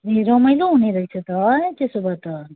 ए रमाइलो हुनेरहेछ त है त्यसो भए त